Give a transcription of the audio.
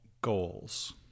goals